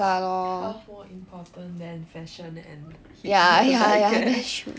comfortable more important than fashion and heat I guess